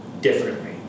differently